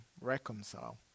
reconcile